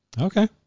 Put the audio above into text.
Okay